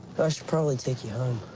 i should probably take you